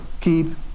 keep